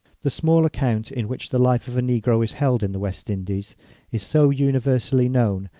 the small account in which the life of a negro is held in the west indies is so universally known,